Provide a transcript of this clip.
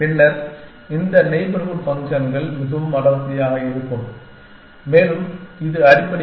பின்னர் இந்த நெய்பர்ஹூட் ஃபங்க்ஷன்கள் மிகவும் அடர்த்தியாக இருக்கும் மேலும் இது அடிப்படையில்